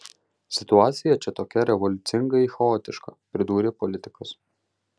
situacija čia tokia revoliucingai chaotiška pridūrė politikas